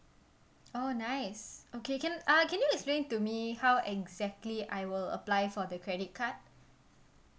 oh nice okay can uh can you explain to me how exactly I will apply for the credit card